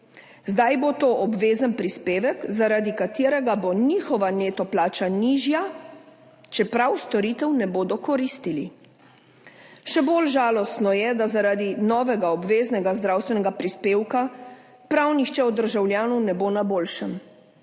Zdaj bo to obvezen prispevek, zaradi katerega bo njihova neto plača nižja, čeprav storitev ne bodo koristili. Še bolj žalostno je, da zaradi novega obveznega zdravstvenega prispevka prav nihče od državljanov ne bo na boljšem.